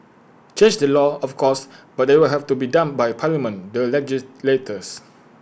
change the law of course but that will have to be done by parliament the legislators